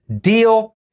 deal